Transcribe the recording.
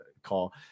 Call